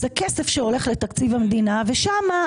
זה כסף שהולך לתקציב המדינה ושם,